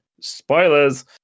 Spoilers